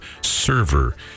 server